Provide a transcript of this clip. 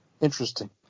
Interesting